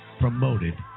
promoted